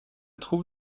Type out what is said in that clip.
trouve